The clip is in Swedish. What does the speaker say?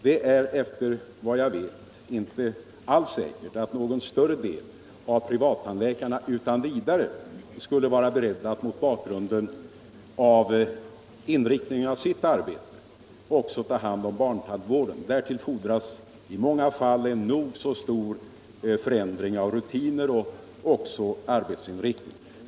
Det är, efter vad jag vet, inte alls säkert att någon större del av privattandläkarna utan vidare skulle vara beredda att mot bakgrunden av sitt arbetes inriktning också ta hand om barntandvården. Därtill fordras i många fall en nog så stor förändring av rutiner och arbetsinriktning.